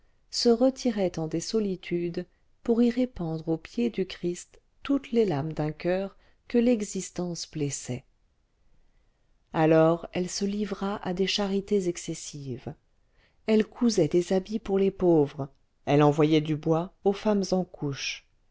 se retiraient en des solitudes pour y répandre aux pieds du christ toutes les larmes d'un coeur que l'existence blessait alors elle se livra à des charités excessives elle cousait des habits pour les pauvres elle envoyait du bois aux femmes en couches